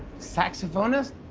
saxophonist?